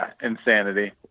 insanity